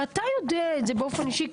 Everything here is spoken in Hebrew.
ואתה יודע את זה באופן אישי,